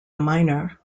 minor